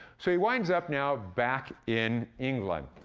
so he winds up now back in england,